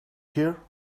hear